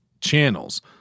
channels